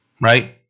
right